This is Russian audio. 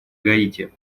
гаити